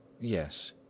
Yes